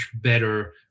better